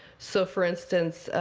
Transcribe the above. so for instance,